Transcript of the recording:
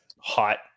hot